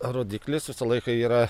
rodiklis visą laiką yra